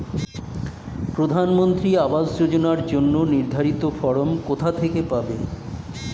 প্রধানমন্ত্রী আবাস যোজনার জন্য নির্ধারিত ফরম কোথা থেকে পাব?